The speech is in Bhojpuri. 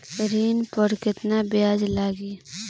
ऋण पर केतना ब्याज लगी?